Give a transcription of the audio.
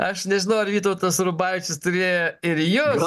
aš nežinau ar vytautas rubavičius turėjo ir jus